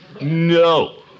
No